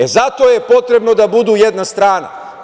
E, zato je potrebno da budu jedna strana.